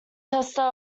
chester